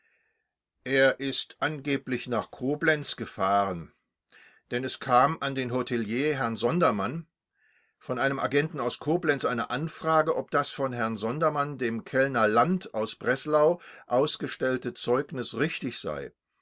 er ist angeblich nach koblenz gefahren denn es kam an den hotelier herrn sondermann von einem agenten aus koblenz eine anfrage ob das von herrn sondermann dem kellner land aus breslau ausgestellte zeugnis richtig sei